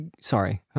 sorry